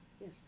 Yes